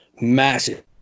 massive